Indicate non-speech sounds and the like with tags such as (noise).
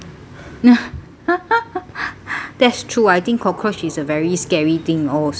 (laughs) that's true I think cockroaches are very scary thing also